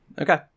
Okay